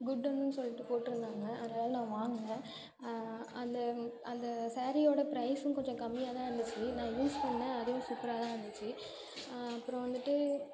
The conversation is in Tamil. குட்டுன்னு சொல்லிட்டு போட்டிருந்தாங்க அதனால் நான் வாங்கினேன் அந்த அந்த ஸாரீயோட ப்ரைஸும் கொஞ்சம் கம்மியாக தான் இருந்துச்சு நான் யூஸ் பண்ணேன் அதுவும் சூப்பராக தான் இருந்துச்சு அப்புறம் வந்துவிட்டு